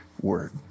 word